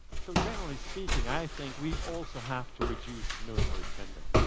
so generally speaking, i think, we also have to reduce military spending.